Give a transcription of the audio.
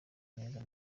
neza